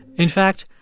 in fact,